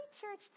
church